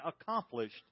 accomplished